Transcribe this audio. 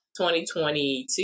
2022